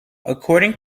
according